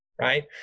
right